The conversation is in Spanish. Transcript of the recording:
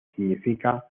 significa